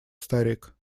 старик